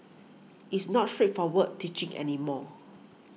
it's not straightforward teaching any more